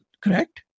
correct